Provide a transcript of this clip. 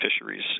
fisheries